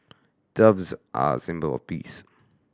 doves are a symbol of peace